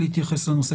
להתייחס לנושא.